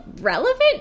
relevant